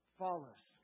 follows